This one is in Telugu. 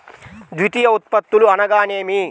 ద్వితీయ ఉత్పత్తులు అనగా నేమి?